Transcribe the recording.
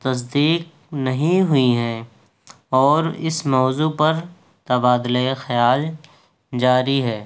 تصدیق نہیں ہوئی ہیں اور اس موضوع پر تبادلۂِ خیال جاری ہے